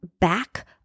back